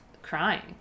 crying